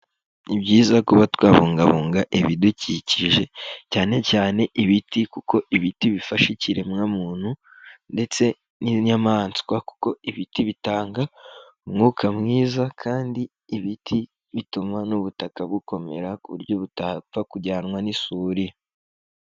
Ni byiza kuba twabungabunga ibidukikije. Cyane cyane ibiti kuko ibiti bifasha ikiremwamuntu, ndetse n'inyamaswa kuko ibiti bitanga, umwuka mwiza. Kandi ibiti bituma n'ubutaka bukomera ku buryo butapfa kujyanwa n'isuri.